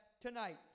tonight